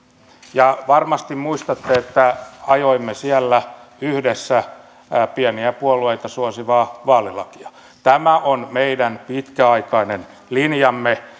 ja varmasti muistatte että ajoimme siellä yhdessä pieniä puolueita suosivaa vaalilakia tämä on meidän pitkäaikainen linjamme